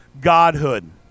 godhood